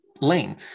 lane